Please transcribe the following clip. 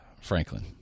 franklin